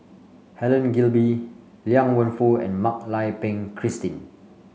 Helen Gilbey Liang Wenfu and Mak Lai Peng Christine